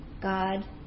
God